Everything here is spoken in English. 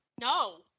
no